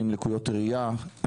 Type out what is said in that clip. עם לקויות ראייה,